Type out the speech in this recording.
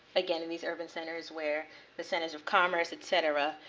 again, in these urban centers where the centers of commerce, et cetera.